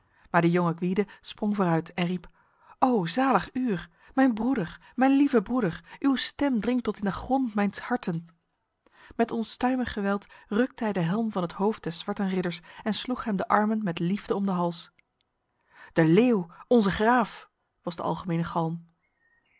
maar de jonge gwyde sprong vooruit en riep o zalig uur mijn broeder mijn lieve broeder uw stem dringt tot in de grond mijns harten met onstuimig geweld rukte hij de helm van het hoofd des zwarten ridders en sloeg hem de armen met liefde om de hals de leeuw onze graaf was de algemene galm